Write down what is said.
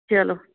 ਚਲੋ